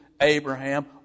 Abraham